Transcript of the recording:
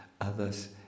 others